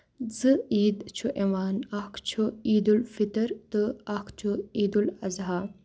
زٕ عیٖد چھُ یِوان اَکھ چھُ عیدالفطر تہٕ اکھ چھُ عیدالاضحی